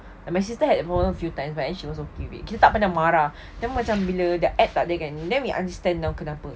and my sister had more for a few times and then she was okay with it kita tak pernah marah kita macam bila app tak ada kan then we understand now kenapa